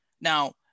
Now